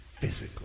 physically